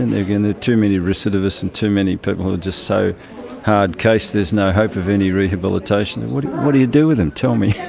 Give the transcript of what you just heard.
and there are too many recidivists and too many people who are just so hard-case there is no hope of any rehabilitation and what what do you do with them? tell me.